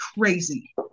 crazy